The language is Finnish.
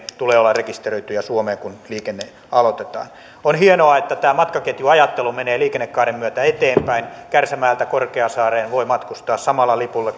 tulee olla rekisteröityjä suomeen kun liikenne aloitetaan on hienoa että matkaketjuajattelu menee liikennekaaren myötä eteenpäin kärsämäeltä korkeasaareen voi matkustaa samalla lipulla